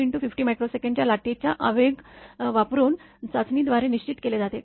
2×50 μs च्या लाटाचे आवेग वापरून चाचणी द्वारे निश्चित केले जाते